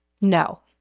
No